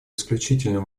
исключительно